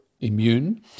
immune